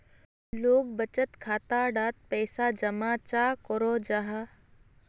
लोग बचत खाता डात पैसा जमा चाँ करो जाहा?